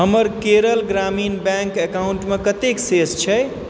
हमर केरल ग्रामीण bank account मे कतेक शेष छै